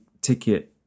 ticket